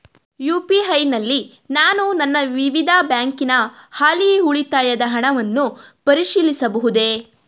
UPI ನಲ್ಲಿ ನಾನು ನನ್ನ ವಿವಿಧ ಬ್ಯಾಂಕಿನ ಹಾಲಿ ಉಳಿತಾಯದ ಹಣವನ್ನು ಪರಿಶೀಲಿಸಬಹುದೇ?